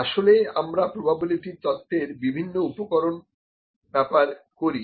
আসলে আমরা প্রোবাবিলিটি তত্বর বিভিন্ন উপকরণ ব্যাপার করি